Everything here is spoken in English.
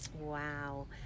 wow